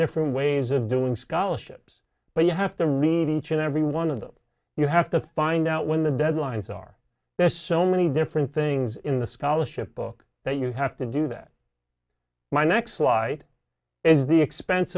different ways of doing scholarships but you have to read each and every one of them you have to find out when the deadlines are there's so many different things in the scholarship book that you have to do that my next flight is the expense